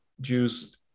Jews